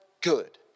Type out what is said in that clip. good